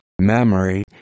Memory